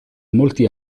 molti